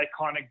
iconic